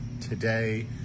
today